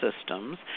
systems